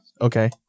Okay